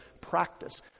practice